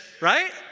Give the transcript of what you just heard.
right